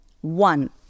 One